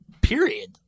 period